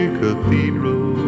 cathedral